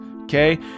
Okay